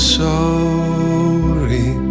sorry